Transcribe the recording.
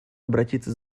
обратиться